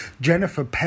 Jennifer